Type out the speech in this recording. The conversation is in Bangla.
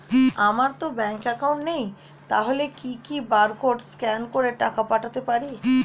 আমারতো ব্যাংক অ্যাকাউন্ট নেই তাহলে কি কি বারকোড স্ক্যান করে টাকা পাঠাতে পারি?